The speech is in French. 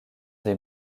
des